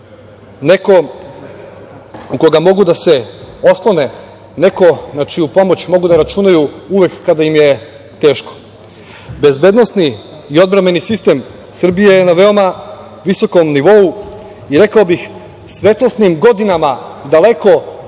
Neko na koga mogu da se oslone, neko na čiju pomoć mogu da računaju uvek kada im je teško. Bezbednosni i odbrambeni sistem Srbije je na veoma visokom nivou i rekao bih svetlosnim godinama daleko od